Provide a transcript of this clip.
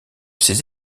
ces